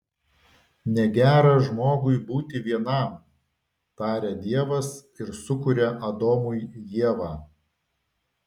negera žmogui būti vienam taria dievas ir sukuria adomui ievą